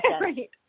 Right